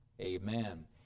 amen